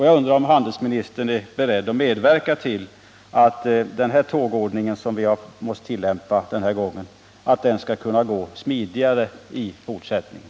Jag undrar om handelsministern är beredd att medverka till att den tågordning som vi har måst tillämpa denna gång skall kunna göras smidigare i fortsättningen.